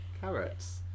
carrots